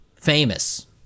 famous